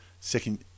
second